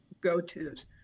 go-tos